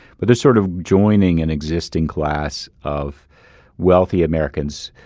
but they're sort of joining an existing class of wealthy americans,